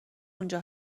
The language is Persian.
اونجا